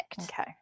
Okay